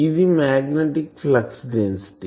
ఇది magnetic flux density